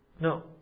No